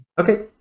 Okay